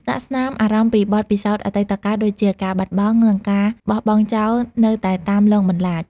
ស្លាកស្នាមអារម្មណ៍ពីបទពិសោធន៍អតីតកាលដូចជា ការបាត់បង់ និងការបោះបង់ចោលនៅតែតាមលងបន្លាច។